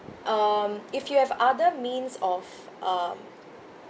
um if you have other means of um